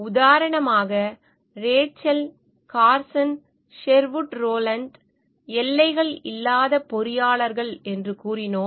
உதாரணமாக Rachel Carson Sherwood Rowland எல்லைகள் இல்லாத பொறியாளர்கள் என்று கூறினோம்